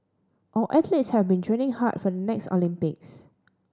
our athletes have been training hard for the next Olympics